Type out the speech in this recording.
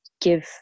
give